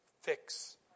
fix